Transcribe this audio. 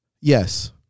yes